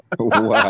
Wow